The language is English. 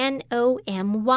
N-O-M-Y